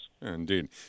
Indeed